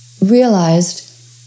realized